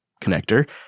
connector